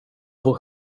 vår